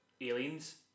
Aliens